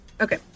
Okay